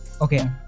okay